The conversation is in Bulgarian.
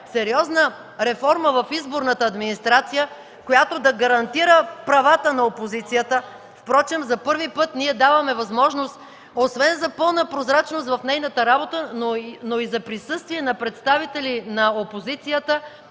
сериозна реформа в изборната администрация, която да гарантира правата на опозицията. Впрочем, за първи път ние даваме възможност освен за пълна прозрачност в нейната работа, но и за присъствие на представители на опозицията